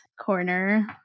corner